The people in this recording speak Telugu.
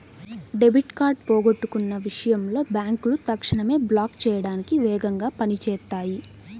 డెబిట్ కార్డ్ పోగొట్టుకున్న విషయంలో బ్యేంకులు తక్షణమే బ్లాక్ చేయడానికి వేగంగా పని చేత్తాయి